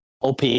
OP